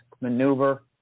maneuver